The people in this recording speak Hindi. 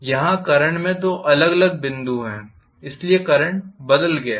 यहां करंट में दो अलग अलग बिंदु हैं इसलिए करंट बदल गया है